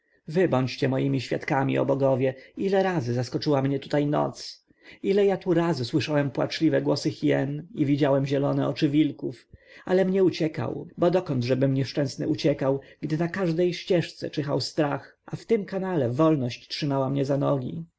wy bądźcie moimi świadkami o bogowie ile razy zaskoczyła mnie tutaj noc ile ja tu razy słyszałem płaczliwe głosy hien i widziałem zielone oczy wilków alem nie uciekał bo dokądżebym nieszczęsny uciekł gdy na każdej ścieżce czyhał strach a w tym kanale wolność trzymała mnie za nogi